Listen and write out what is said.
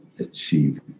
Achieve